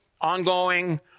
ongoing